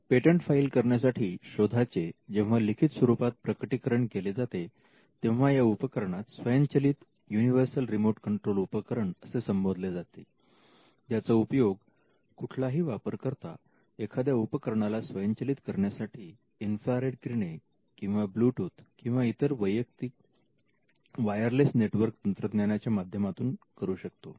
patent file करण्यासाठी शोधाचे जेव्हा लिखित स्वरूपात प्रकटीकरण केले जाते तेव्हा या उपकरणास स्वयंचलित युनिव्हर्सल रिमोट कंट्रोल उपकरण असे संबोधले जाते ज्याचा उपयोग कुठलाही वापरकर्ता एखाद्या उपकरणाला स्वयंचलित करण्यासाठी इन्फ्रारेड किरणे किंवा ब्लूटूथ किंवा इतर वैयक्तिक वायरलेस नेटवर्क तंत्रज्ञानाच्या माध्यमातून करू शकतो